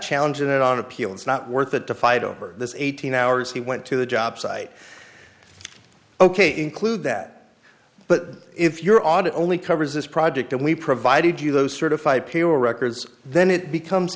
challenging it on appeal it's not worth it to fight over this eighteen hours he went to the jobsite ok include that but if your audit only covers this project and we provided you those certified peer records then it becomes